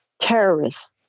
terrorists